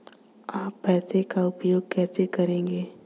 आप पैसे का उपयोग कैसे करेंगे?